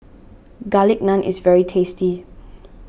Garlic Naan is very tasty